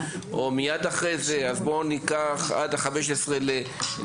או מיד אחרי זה אז בואו ניקח עד 15 ביוני.